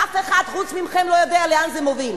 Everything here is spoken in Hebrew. ואף אחד חוץ מכם לא יודע לאן זה מוביל.